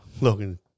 Logan